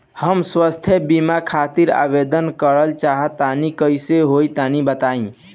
हम स्वास्थ बीमा खातिर आवेदन करल चाह तानि कइसे होई तनि बताईं?